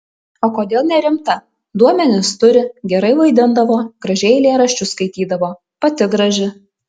o kodėl nerimta duomenis turi gerai vaidindavo gražiai eilėraščius skaitydavo pati graži